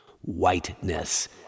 whiteness